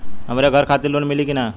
हमरे घर खातिर लोन मिली की ना?